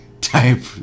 type